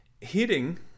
Hitting